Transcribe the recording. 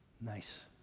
Nice